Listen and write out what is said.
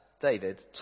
David